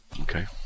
Okay